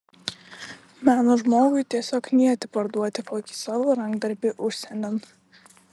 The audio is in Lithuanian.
meno žmogui tiesiog knieti parduoti kokį savo rankdarbį užsienin